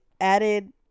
added